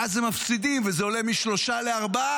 ואז הם מפסידים וזה עולה מ-3% ל-4%,